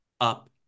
Up